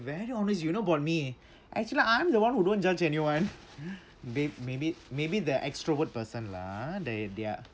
very honest you know about me actually I'm the one who don't judge anyone may~ maybe maybe the extrovert person lah ah they their